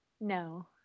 No